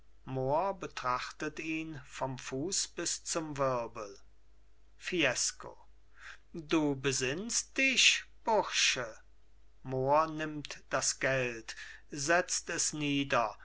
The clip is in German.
betrachtet ihn vom fuß bis zum wirbel fiesco du besinnst dich bursche mohr nimmt das geld setzt es nieder